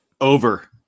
Over